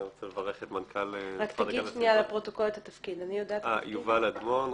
אני יובל אדמון,